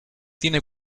tiene